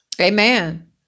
Amen